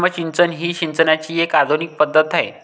सूक्ष्म सिंचन ही सिंचनाची एक आधुनिक पद्धत आहे